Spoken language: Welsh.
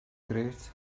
grêt